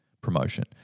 promotion